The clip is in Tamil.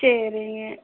சரிங்க